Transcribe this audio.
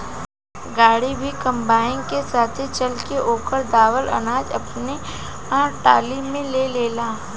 गाड़ी भी कंबाइन के साथे चल के ओकर दावल अनाज आपना टाली में ले लेला